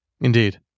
Indeed